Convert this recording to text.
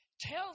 Tell